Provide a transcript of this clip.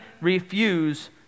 refuse